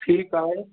ठीकु आहे